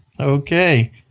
Okay